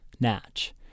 Natch